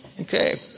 Okay